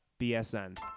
BSN